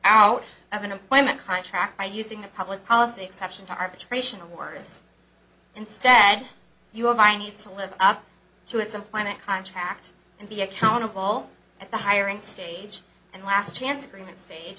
out of an employment contract by using the public policy exception to arbitration awards instead you have my needs to live up to its employment contract and be accountable at the hiring stage and last chance agreement stage